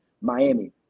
Miami